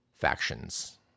factions